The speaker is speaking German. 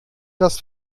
das